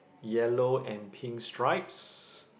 yellow and pink stripes